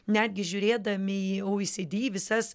netgi žiūrėdami į ou i si di visas